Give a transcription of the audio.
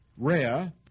Rare